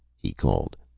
he called,